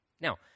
Now